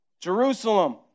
Jerusalem